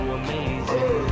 amazing